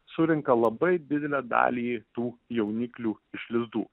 surenka labai didelę dalį tų jauniklių iš lizdų